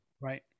Right